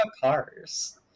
cars